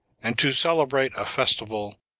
and to celebrate a festival,